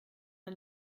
mal